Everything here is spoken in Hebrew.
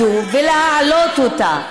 זה להתמודד עם הסוגיה הזאת ולהעלות אותה,